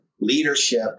leadership